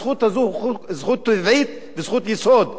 הזכות הזאת היא זכות טבעית וזכות יסוד.